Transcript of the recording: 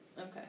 okay